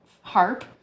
harp